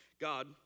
God